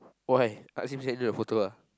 why ask him scared look at your photo ah